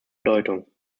bedeutung